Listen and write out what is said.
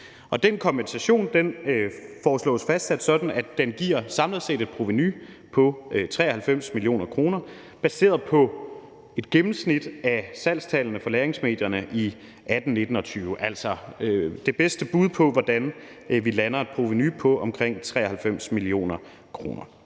Den kompensation foreslås fastsat sådan, at den samlet set giver et provenu på 93 mio. kr. baseret på et gennemsnit af salgstallene for lagringsmedierne i 2018, 2019 og 2020 – altså ud fra det bedste bud på, hvordan vi lander på et provenu på omkring 93 mio. kr.